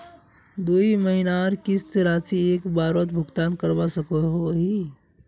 दुई महीनार किस्त राशि एक बारोत भुगतान करवा सकोहो ही?